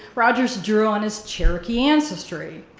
rogers drew on his cherokee ancestry,